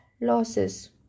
losses